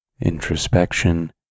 introspection